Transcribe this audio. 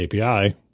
API –